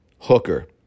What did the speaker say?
hooker